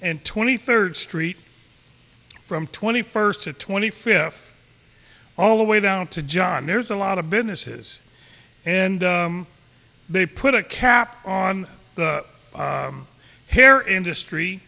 and twenty third street from twenty first to twenty fifth all the way down to john there's a lot of businesses and they put a cap on the hair industry